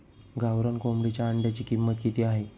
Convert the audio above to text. गावरान कोंबडीच्या अंड्याची किंमत किती आहे?